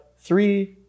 three